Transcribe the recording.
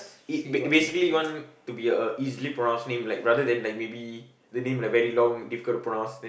it b~ basically you want to be a easily pronounce name like rather than like maybe the name like very long difficult to pronounce then